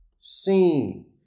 seen